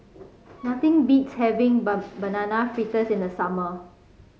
nothing beats having Banana Fritters in the summer